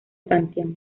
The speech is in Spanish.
panteón